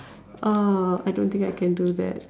uh I don't think I can do that